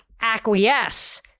acquiesce